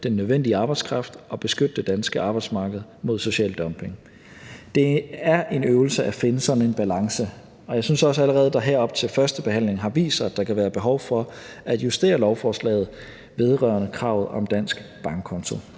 den nødvendige arbejdskraft og beskytte det danske arbejdsmarked mod social dumping. Det er en øvelse at finde sådan en balance, og jeg synes også allerede, at det her op til førstebehandlingen har vist sig, at der kan være behov for at justere lovforslaget vedrørende kravet om en dansk bankkonto.